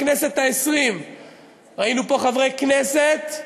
בכנסת העשרים ראינו פה חברי כנסת,